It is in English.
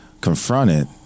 confronted